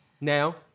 Now